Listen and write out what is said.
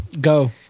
Go